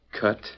Cut